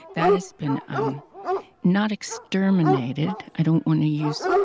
that has been. um not exterminated, i don't want to use.